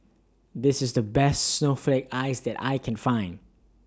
This IS The Best Snowflake Ice that I Can Find